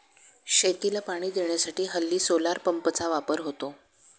शेतीला पाणी देण्यासाठी हल्ली सोलार पंपचा वापर होतो